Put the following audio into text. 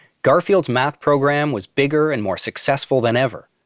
garfield's math program was bigger and more successful than ever.